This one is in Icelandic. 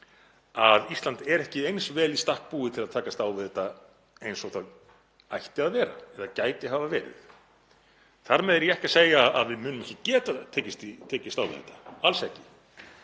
að Ísland er ekki eins vel í stakk búið til að takast á við þetta og það ætti að vera eða gæti hafa verið. Þar með er ég ekki að segja að við munum ekki geta tekist á við þetta, alls ekki.